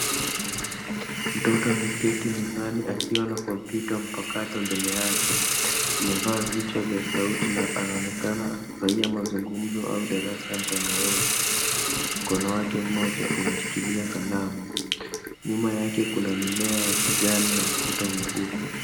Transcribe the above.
Mtoto ameketi mezani akiwa na kompyuta mpakato mbele yake. Amevaa vichwa vya sauti na anonekana anafurahia mazungumzo au darasa mtandaoni. Mkono wake mmoja unashikilia kalamu. Nyuma yake kuna mimea ya kijani na ukuta nyeupe.